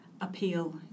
appeal